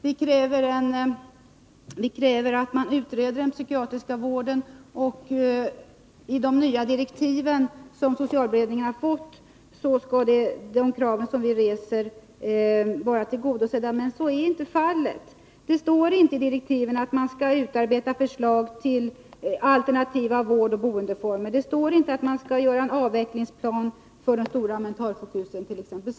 Vi kräver en utredning när det gäller den psykiatriska vården. I och med socialberedningens nya direktiv skall de krav som vi ställer vara tillgodosedda. Men så är inte fallet. Det står inte i direktiven att förslag till alternativa vårdoch boendeformer skall utarbetas. Det står inte att en avvecklingsplan skall upprättas för de stora mentalsjukhusen, för att ta ett par exempel.